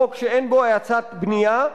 חוק שאין בו האצת בנייה,